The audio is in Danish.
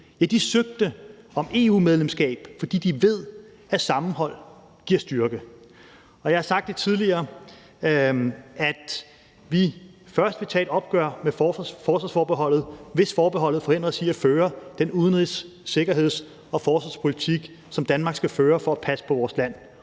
Ja, de søgte om EU-medlemskab, fordi de ved, at sammenhold giver styrke. Jeg har sagt tidligere, at vi først vil tage et opgør med forsvarsforbeholdet, hvis forbeholdet forhindrer os i at føre den udenrigs-, sikkerheds- og forsvarspolitik, som Danmark skal føre for at passe på vores land.